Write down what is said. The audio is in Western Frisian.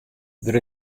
der